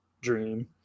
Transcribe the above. Dream